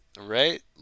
right